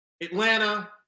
Atlanta